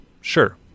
Sure